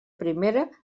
primera